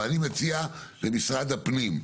אבל אני מציע למשרד הפנים,